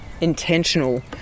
intentional